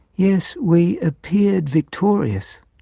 yes, we appeared victorious,